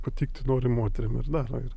patikti nori moterim ir dar ir